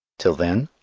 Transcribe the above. till then,